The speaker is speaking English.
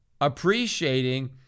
appreciating